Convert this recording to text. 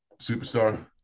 Superstar